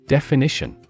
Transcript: Definition